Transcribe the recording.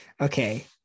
Okay